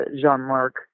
Jean-Marc